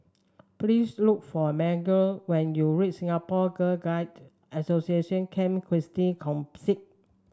please look for Margy when you reach Singapore Girl Guides Association Camp Christine Campsite